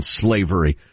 slavery